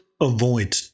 avoid